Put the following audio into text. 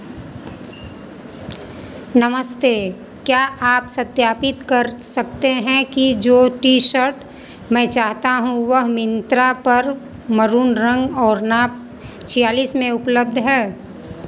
नमस्ते क्या आप सत्यापित कर सकते हैं कि जो टी शर्ट मैं चाहता हूँ वह मिंत्रा पर मरून रंग और नाप छियालीस में उपलब्ध है